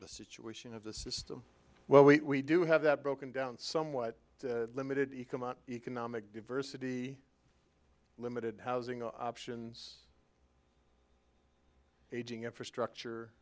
the situation of the system well we do have that broken down somewhat limited economic diversity limited housing options aging infrastructure